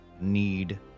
need